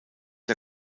der